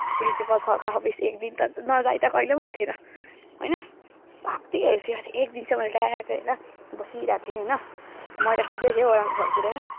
principal सरको office त एकदिन त नजाइ त कहिल्यै हुन्थेन होइन साथीहरूसँग चाहिँ मैले एकदिन चाहिँ मैले ड्याक्कै होइन बसिरहेको थिएँ होइन मैला टिप्दैँ थिएँ ओह्रालो फर्केर होइन